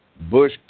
Bush